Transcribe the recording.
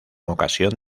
ocasión